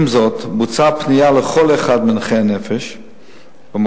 עם זאת בוצעה פנייה לכל אחד מנכי הנפש במקום